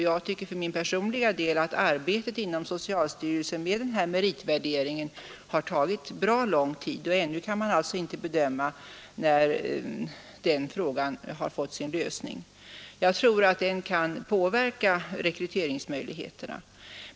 Jag tycker för min personliga del att arbetet inom socialstyrelsen med denna meritvärdering har tagit bra lång tid. Ännu kan man inte bedöma när den frågan kan komma att få en lösning, men jag tror att den kan påverka rekryteringsmöjligheterna.